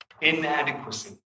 Inadequacy